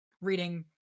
reading